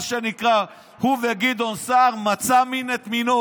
מה שנקרא, הוא וגדעון סער, מצא מין את מינו,